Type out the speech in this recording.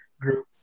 group